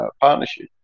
partnership